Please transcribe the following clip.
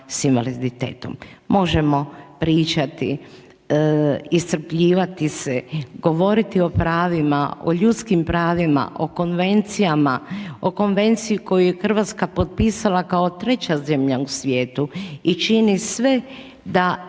Možemo pričati iscrpljivati se, govoriti o pravima, o ljudski pravima, o konvencijama, o konvenciji koju je Hrvatska potpisala kao 3. zemlja u svijetu i čini sve da status